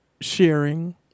sharing